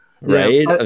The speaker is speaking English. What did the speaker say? right